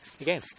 again